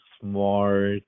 smart